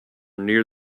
near